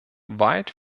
weit